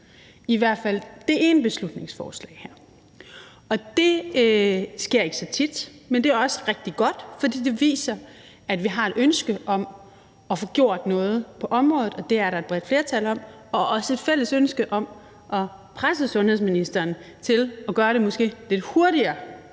hensyn til det ene beslutningsforslag her, og det sker ikke så tit. Men det er også rigtig godt, fordi det viser, at vi har et ønske om at få gjort noget på området, og at der er et bredt flertal for det, og også et fælles ønske om at presse sundhedsministeren til måske at gøre det lidt hurtigere,